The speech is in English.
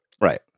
Right